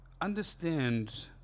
understand